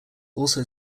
also